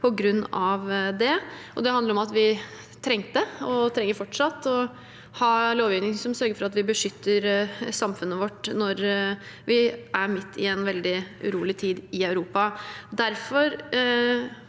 Det handler om at vi trengte – og fortsatt trenger – å ha lovgivning som sørger for at vi beskytter samfunnet vårt når vi er midt i en veldig urolig tid i Europa.